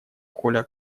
коля